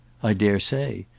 i dare say.